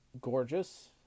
gorgeous